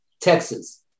Texas